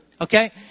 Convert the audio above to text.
Okay